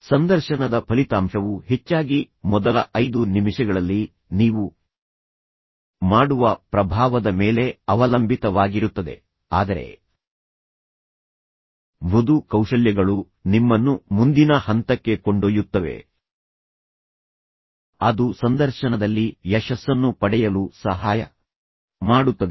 ಸಂದರ್ಶನದ ಫಲಿತಾಂಶವು ಹೆಚ್ಚಾಗಿ ಮೊದಲ ಐದು ನಿಮಿಷಗಳಲ್ಲಿ ನೀವು ಮಾಡುವ ಪ್ರಭಾವದ ಮೇಲೆ ಅವಲಂಬಿತವಾಗಿರುತ್ತದೆ ಆದರೆ ಮೃದು ಕೌಶಲ್ಯಗಳು ನಿಮ್ಮನ್ನು ಮುಂದಿನ ಹಂತಕ್ಕೆ ಕೊಂಡೊಯ್ಯುತ್ತವೆ ಅದು ಸಂದರ್ಶನದಲ್ಲಿ ಯಶಸ್ಸನ್ನು ಪಡೆಯಲು ಸಹಾಯ ಮಾಡುತ್ತದೆ